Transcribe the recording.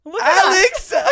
Alex